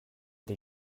des